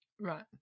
Right